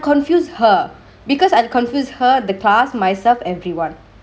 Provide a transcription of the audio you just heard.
confused her because I'll confuse her the class myself everyone